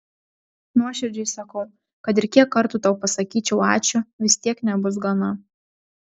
nuoširdžiai sakau kad ir kiek kartų tau pasakyčiau ačiū vis tiek nebus gana